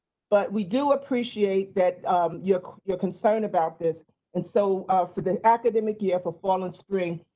but we do appreciate that your your concern about this and so for the academic year, for fall and spring,